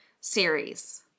series